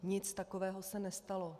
Nic takového se nestalo.